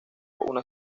una